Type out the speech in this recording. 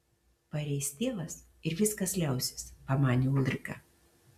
pareis tėvas ir viskas liausis pamanė ulrika